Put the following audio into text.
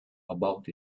about